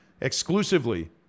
exclusively